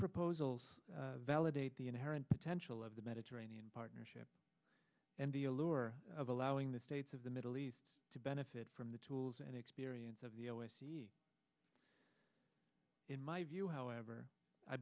proposals validate the inherent potential of the mediterranean partnership and the allure of allowing the states of the middle east to benefit from the tools and experience of the o s c in my view however i